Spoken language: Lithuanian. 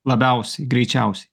labiausiai greičiausiai